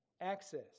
Access